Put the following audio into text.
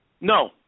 No